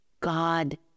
God